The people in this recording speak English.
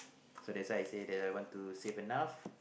so that's why I say that I want to save enough